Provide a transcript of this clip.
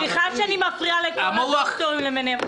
סליחה שאני מפריעה לכל הדוקטורים למיניהם.